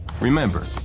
Remember